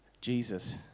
Jesus